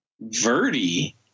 Verdi